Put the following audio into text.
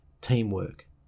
teamwork